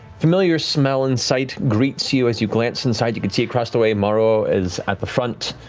familiar smell and sight greets you as you glance inside. you can see across the way, maruo is at the front